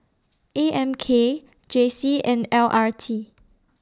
A M K J C and L R T